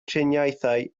triniaethau